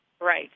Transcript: right